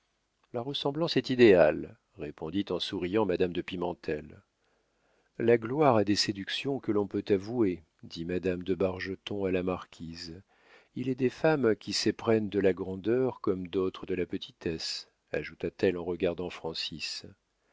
la ressemblance est idéale répondit en souriant madame de pimentel la gloire a des séductions que l'on peut avouer dit madame de bargeton à la marquise il est des femmes qui s'éprennent de la grandeur comme d'autres de la petitesse ajouta-t-elle en regardant